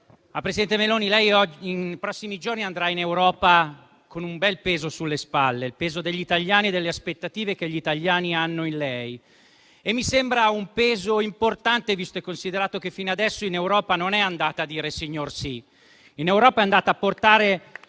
Presidente Meloni, lei nei prossimi giorni andrà in Europa con un bel peso sulle spalle, il peso degli italiani e delle aspettative che gli italiani ripongono in lei. Mi sembra un peso importante, visto e considerato che fino a adesso in Europa non è andata a dire signorsì, ma a portare